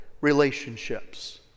relationships